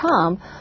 Tom